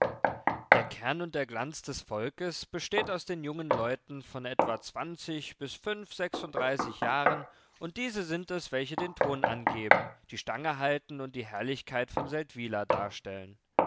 der kern und der glanz des volkes besteht aus den jungen leuten von etwa zwanzig bis fünf sechsunddreißig jahren und diese sind es welche den ton angeben die stange halten und die herrlichkeit von seldwyla darstellen